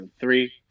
three